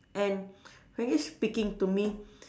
and frankly speaking to me